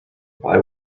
why